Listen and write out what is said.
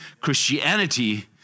Christianity